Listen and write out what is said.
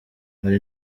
hari